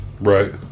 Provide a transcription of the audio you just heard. right